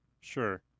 Sure